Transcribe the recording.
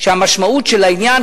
כשהמשמעות של העניין,